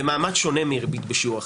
במעמד שונה מריבית בשיעור אחר.